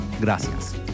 Gracias